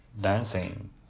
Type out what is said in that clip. dancing